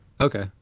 Okay